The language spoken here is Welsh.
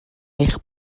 eich